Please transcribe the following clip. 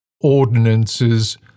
ordinances